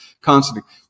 constantly